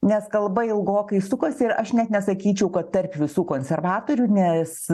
nes kalba ilgokai sukosi ir aš net nesakyčiau kad tarp visų konservatorių nes